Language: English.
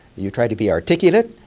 you try to be articulate.